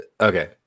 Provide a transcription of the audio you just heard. okay